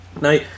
now